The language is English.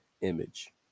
image